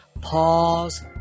Pause